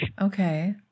Okay